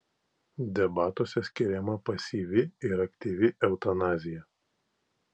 debatuose skiriama pasyvi ir aktyvi eutanazija